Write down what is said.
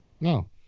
No